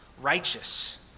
righteous